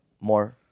more